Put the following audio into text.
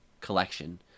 collection